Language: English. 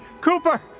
Cooper